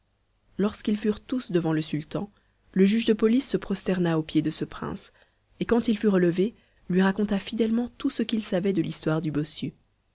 lorsqu'ils furent tous devant le sultan le juge de police se prosterna aux pieds de ce prince et quand il fut relevé lui raconta fidèlement tout ce qu'il savait de l'histoire du bossu